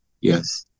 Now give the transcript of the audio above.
Yes